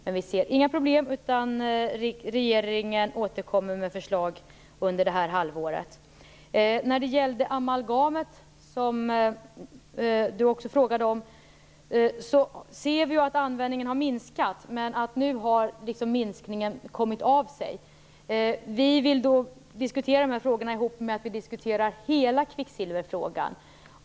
Men vi ser inga problem, utan regeringen återkommer, som sagt, med förslag under det här halvåret. Hanna Zetterberg frågade också om amalgamet. Vi ser att användningen har minskat, men nu har minskningen liksom kommit av sig. Vi vill diskutera dessa frågor ihop med hela kvicksilverfrågan.